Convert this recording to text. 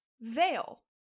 veil